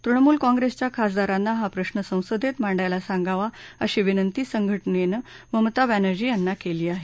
तृणमूल काँप्रिसच्या खासदारांना हा प्रश्न संसदेत मांडायला सांगावा अशी विनंती संघटनेनं ममता बॅनर्जी यांना केली आहे